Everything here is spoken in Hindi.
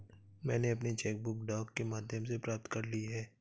मैनें अपनी चेक बुक डाक के माध्यम से प्राप्त कर ली है